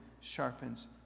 sharpens